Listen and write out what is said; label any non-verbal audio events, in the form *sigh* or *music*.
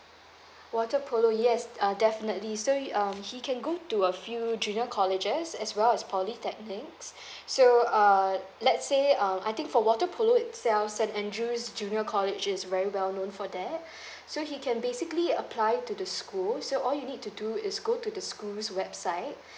water polo yes uh definitely so you um he can go to a few junior colleges as well as polytechnics so uh let's say um I think for water polo itself saint andrew's junior college is very well known for that *breath* so he can basically apply to the school so all you need to do is go to the school's website